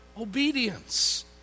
obedience